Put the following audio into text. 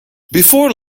before